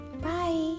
bye